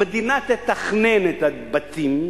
המדינה תתכנן את הבתים,